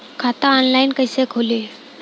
खाता ऑनलाइन कइसे खुली?